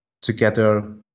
together